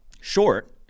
short